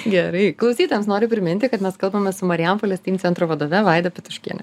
gerai klausytojams noriu priminti kad mes kalbame su marijampolės steam centro vadove vaida pituškiene